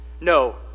No